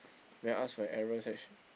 when ask for errors